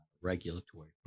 regulatory